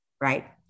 right